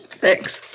Thanks